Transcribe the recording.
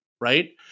right